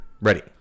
ready